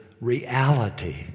reality